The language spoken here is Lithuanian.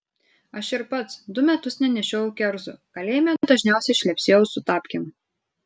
aš ir pats du metus nenešiojau kerzų kalėjime dažniausiai šlepsėjau su tapkėm